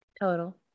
total